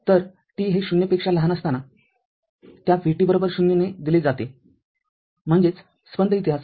तर t हे ० पेक्षा लहान असताना त्या vt ० ने दिले जातेम्हणजेच स्पंद इतिहास